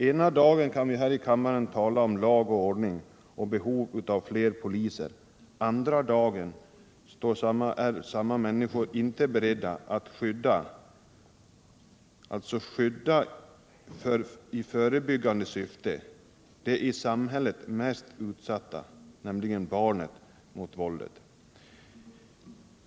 Ena dagen kan vi här i kammaren tala om lag och ordning och behovet av fler poliser, men andra dagen är samma människor inte beredda att i förebyggande syfte skydda dem som är mest utsatta i samhället, nämligen barnen, mot våldet.